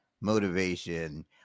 motivation